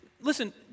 Listen